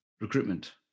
recruitment